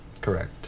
correct